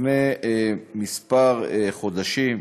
לפני כמה חודשים,